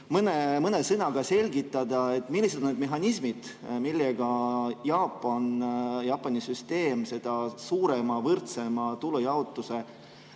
mõne sõnaga selgitada, millised on need mehhanismid, millega Jaapani süsteem sellise ühtlasema, võrdsema tulujaotuse